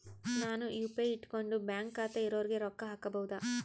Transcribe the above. ನಾನು ಯು.ಪಿ.ಐ ಇಟ್ಕೊಂಡು ಬ್ಯಾಂಕ್ ಖಾತೆ ಇರೊರಿಗೆ ರೊಕ್ಕ ಹಾಕಬಹುದಾ?